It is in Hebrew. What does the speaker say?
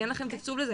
כי אין לכם תקצוב לזה.